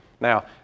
Now